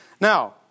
Now